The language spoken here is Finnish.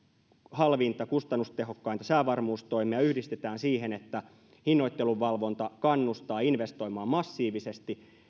halvinta kustannustehokkainta säävarmuustoimea yhdistetään siihen että hinnoittelun valvonta kannustaa investoimaan massiivisesti